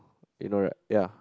you know right ya